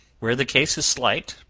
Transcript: where the case is slight,